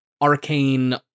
arcane